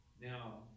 Now